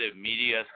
media